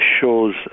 shows